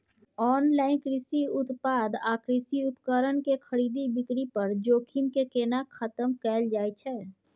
Online कृषि उत्पाद आ कृषि उपकरण के खरीद बिक्री पर जोखिम के केना खतम कैल जाए छै?